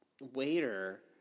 waiter